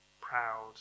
proud